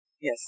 yes